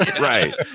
Right